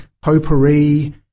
potpourri